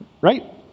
Right